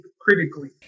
critically